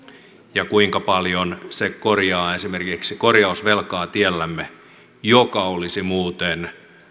ja kuinka paljon se korjaa esimerkiksi korjausvelkaa teillämme joka olisi muuten